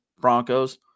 Broncos